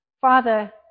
Father